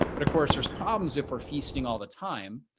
but of course, there's problems if we're feasting all the time.